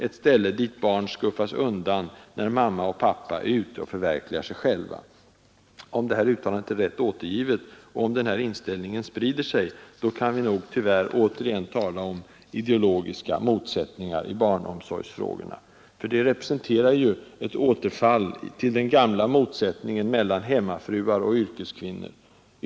Ett ställe dit barn skuffas undan när mamma och pappa är ute och förverkligar sig själva.” Om det här uttalandet är rätt återgivet, och om den här inställningen sprider sig, då kan vi tyvärr återigen tala om ideologiska motsättningar i barnomsorgsfrågorna. Det uttalandet är ett återfall i den gamla motsättningen mellan hemmafruar och yrkeskvinnor.